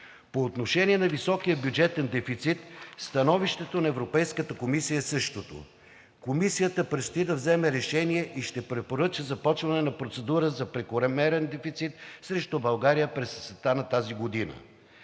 По отношение на високия бюджетен дефицит становището на Европейската комисия е същото. Комисията предстои да вземе решение и ще препоръча започване на процедура за прекомерен дефицит срещу България през есента на тази година.